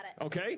Okay